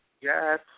Yes